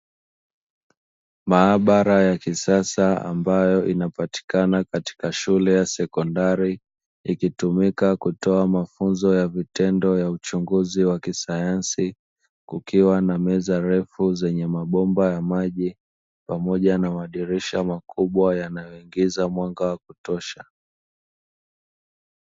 Maabaara ya kisasa ambayo inapatikana katika shule ya sekondari, ikitumika kutoa mafunzo ya vitendo ya uchunguzi wa kisayansi kukiwa na meza refu zenye mabomba ya maji, pamoja na madirisha makubwa yanayoingiza mwanga wa kutosha.